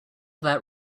that